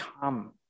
come